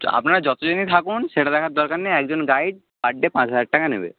আপনারা যতো দিনই থাকুন সেটা দেখার দরকার নেই একজন গাইড পার ডে পাঁচ হাজার টাকা নেবে